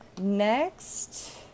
next